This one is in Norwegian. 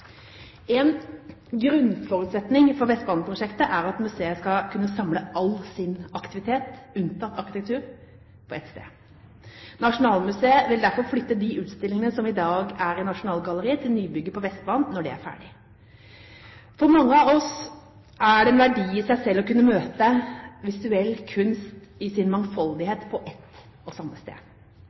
En grunnforutsetning for Vestbaneprosjektet er at museet skal kunne samle all sin aktivitet, unntatt arkitektur, på ett sted. Nasjonalmuseet vil derfor flytte de utstillingene som i dag er i Nasjonalgalleriet, til nybygget på Vestbanen når det er ferdig. For mange av oss er det en verdi i seg selv å kunne møte visuell kunst i sin mangfoldighet på ett og samme sted.